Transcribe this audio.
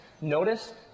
Notice